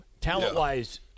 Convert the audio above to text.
Talent-wise